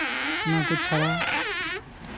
ᱚᱱᱟ ᱠᱚ ᱪᱷᱟᱲᱟ